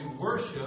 worship